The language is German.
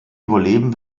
überleben